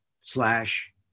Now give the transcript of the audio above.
slash